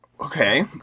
Okay